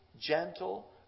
gentle